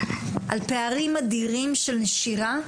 על פערים אדירים של נשירה,